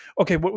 okay